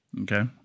Okay